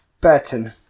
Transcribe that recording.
Burton